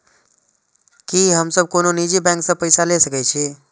की हम सब कोनो निजी बैंक से पैसा ले सके छी?